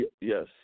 Yes